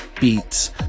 beats